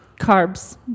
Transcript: Carbs